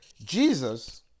Jesus